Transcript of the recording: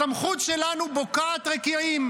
הסמכות שלנו בוקעת רקיעים,